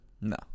No